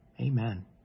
Amen